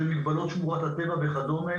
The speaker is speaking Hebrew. של מגבלות שמורת הטבע וכדומה